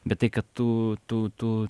bet tai kad tu tu tu